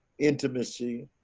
intimacy,